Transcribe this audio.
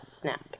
snap